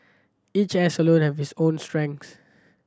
each hair salon has its own strength